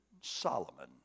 Solomon